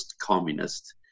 communist